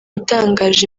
itangaje